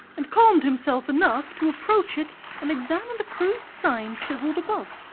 and calmed himself enough to approach it and examine the crude sign chiselled above.